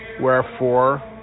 Wherefore